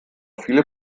viele